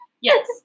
Yes